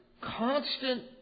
constant